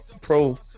pro